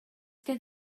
gen